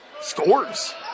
scores